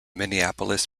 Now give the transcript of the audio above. minneapolis